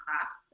class